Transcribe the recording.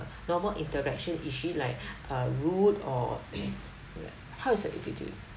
normal interaction is she like uh rude or how is her attitude